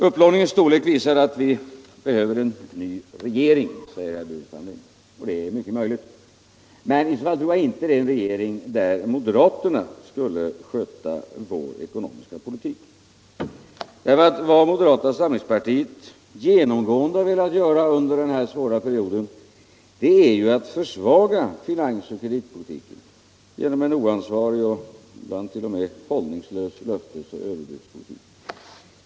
Upplåningens storlek 'visar att vi behöver en ny regering, säger herr Burenstam Linder. Det är mycket möjligt. Men i så fall tror jag inte det är en regering där moderaterna skulle sköta vår ekonomiska politik. Vad moderata samlingspartiet genomgående velat göra under den här svåra perioden är att försvaga finans och kreditpolitiken genom en oansvarig och ibland t.o.m. hållningslös löftes och överbudspolitik.